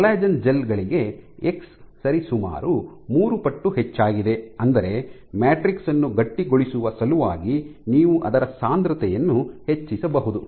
collagen gel ಗಳಿಗೆ x ಸರಿಸುಮಾರು ಮೂರು ಪಟ್ಟು ಹೆಚ್ಚಾಗಿದೆ ಅಂದರೆ ಮ್ಯಾಟ್ರಿಕ್ಸ್ ಅನ್ನು ಗಟ್ಟಿಗೊಳಿಸುವ ಸಲುವಾಗಿ ನೀವು ಅದರ ಸಾಂದ್ರತೆಯನ್ನು ಹೆಚ್ಚಿಸಬಹುದು